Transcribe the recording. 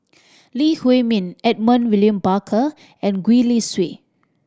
Lee Huei Min Edmund William Barker and Gwee Li Sui